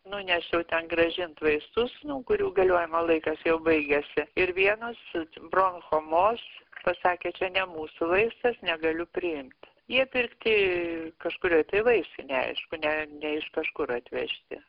nunešiau ten grąžinti vaistus nu kurių galiojimo laikas jau baigiasi ir vienas broncho mos pasakė čia ne mūsų vaistas negaliu priimt jie pirkti kažkurioj tai vaistinėj aišku ne ne iš kažkur atvežti